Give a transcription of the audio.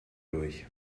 durch